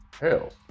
hell